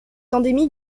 endémique